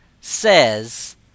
says